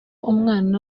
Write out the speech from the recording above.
umwana